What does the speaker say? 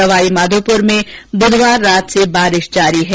सवाईमाधोपुर में बुधवार रात से बारिश जारी है